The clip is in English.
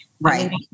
Right